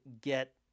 get